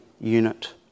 unit